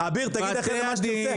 אביר, תגיד אחרי זה מה שתרצה.